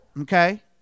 okay